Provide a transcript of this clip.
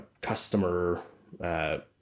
customer